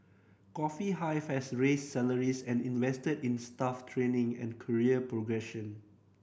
Coffee Hive has raised salaries and invested in staff training and career progression